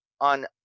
on